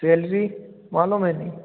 salary मालूम है नहीं